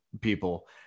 people